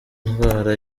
indwara